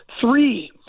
Three